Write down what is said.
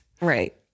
Right